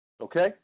okay